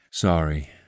Sorry